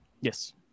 Yes